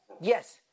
Yes